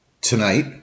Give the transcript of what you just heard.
tonight